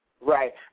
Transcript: Right